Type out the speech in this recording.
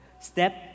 step